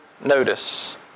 notice